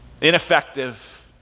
ineffective